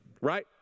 right